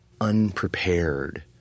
unprepared